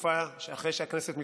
בתקופה אחרי שהכנסת מתפזרת,